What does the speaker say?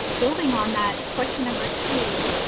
building on that question number two,